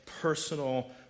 personal